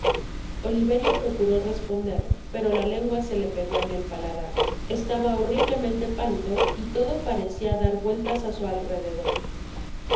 oliverio procuró responder pero la lengua se le pegó en el paladar estaba horriblemente pálido y todo parecia dar vueltas á su alrededor